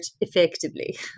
effectively